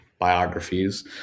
biographies